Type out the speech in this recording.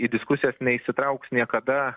į diskusijas neįsitrauks niekada